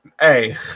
hey